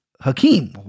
Hakeem